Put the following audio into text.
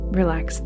relax